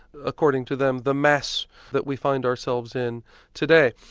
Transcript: according to them, the mess that we find ourselves in today.